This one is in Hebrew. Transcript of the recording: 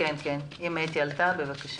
בבקשה.